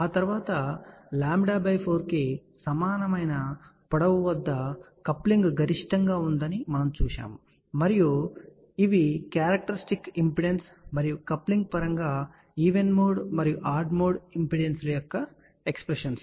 ఆ తరువాత λ 4 కు సమానమైన పొడవు వద్ద కప్లింగ్ గరిష్టంగా ఉందని మనము చూశాము మరియు ఇవి క్యారెక్టర్స్టిక్ ఇంపెడెన్స్ మరియు కప్లింగ్ పరంగా ఈవెన్ మోడ్ మరియు ఆడ్ మోడ్ ఇంపెడెన్స్ల యొక్క ఎక్స్ప్రెషన్ లు